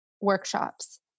workshops